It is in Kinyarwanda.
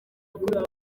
yakorewe